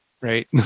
Right